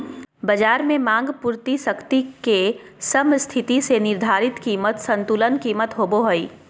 बज़ार में मांग पूर्ति शक्ति के समस्थिति से निर्धारित कीमत संतुलन कीमत होबो हइ